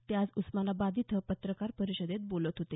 ते आज उस्मानाबाद इथं पत्रकार परिषदेत बोलत होते